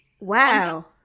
wow